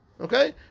okay